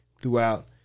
throughout